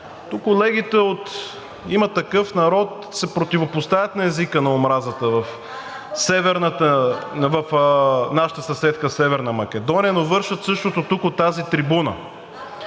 Колегите от „Има такъв народ“ се противопоставят на езика на омразата в нашата съседка Северна Македония, но вършат същото тук от тази трибуна.